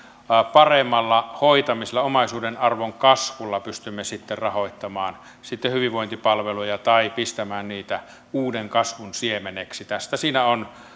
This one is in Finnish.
paremmalla hoitamisella omaisuuden arvon kasvulla pystymme sitten rahoittamaan hyvinvointipalveluja tai pistämään niitä uuden kasvun siemeneksi tästä siinä on